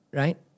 right